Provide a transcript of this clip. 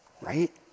Right